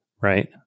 right